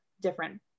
different